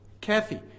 Kathy